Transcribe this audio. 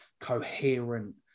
coherent